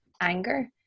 anger